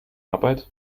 arbeit